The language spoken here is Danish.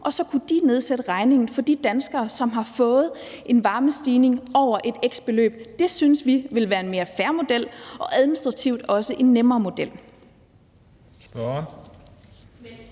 og så kunne de nedsætte regningen for de danskere, som har fået en stigning i varmeregningen over et bestemt beløb. Det synes vi ville være en mere fair model og administrativt også en nemmere model.